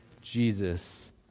Jesus